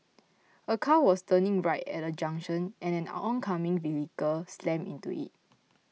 a car was turning right at a junction and an oncoming vehicle slammed into it